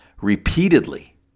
repeatedly